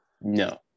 no